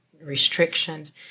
restrictions